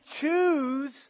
choose